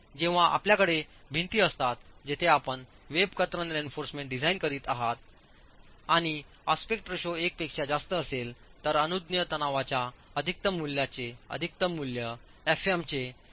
जेव्हा आपल्याकडे भिंती असतात जेथे आपण वेब कतरन रीइन्फोर्समेंट डिझाइन करीत आहात आणि आस्पेक्ट रेशो एकापेक्षा जास्त असेल तर अनुज्ञेय तणावाच्या अधिकतम मूल्याचे अधिकतम मूल्य एफएम चे 0